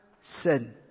sin